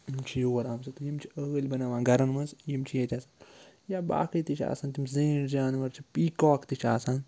یِم چھِ یور آمژٕ یِم چھِ ٲلۍ بَناوان گَرَن مَنٛز یِم چھِ ییٚتٮ۪س یا باقٕے تہِ چھِ آسان تِم زینٛٹھۍ جاناوَار چھِ پی کاک تہِ چھِ آسان